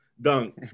dunk